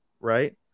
right